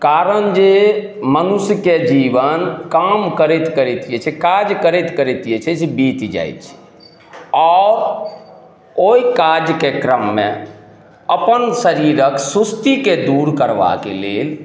कारण जे मनुष्यके जीवन काम करैत करैत जे छै काज करैत करैत जे छै से बीत जाइ छै आओर ओइ काजके क्रममे अपन शरीरक सुस्तीके दूर करबाके लेल